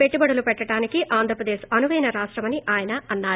పెట్టుబడులు పెట్టడానికి ఆంధ్రప్రదేశ్ అనువైనా రాష్టమని ఆయన అన్నారు